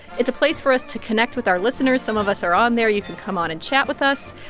it's a place for us to connect with our listeners. some of us are on there. you can come on and chat with us.